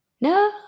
no